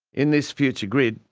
in this future grid,